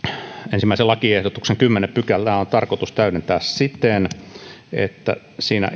ensimmäisen lakiehdotuksen kymmenettä pykälää on tarkoitus täydentää siten että siinä